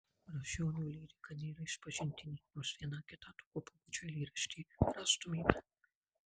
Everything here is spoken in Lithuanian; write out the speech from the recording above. brazdžionio lyrika nėra išpažintinė nors vieną kitą tokio pobūdžio eilėraštį rastumėme